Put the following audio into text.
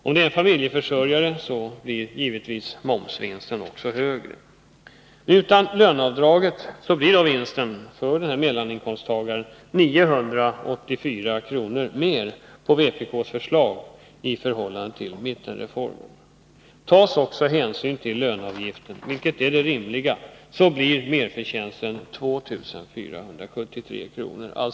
Om det är en familjeförsörjare blir givetvis momsvinsten högre. Utan löneavdraget blir då vinsten för denne mellaninkomsttagare 984 kr. mer på vpk:s förslag i förhållande till mittenreformen. Tas också hänsyn till löneavgiften, vilket är det rimliga, blir merförtjänsten 2 473 kr.